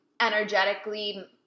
energetically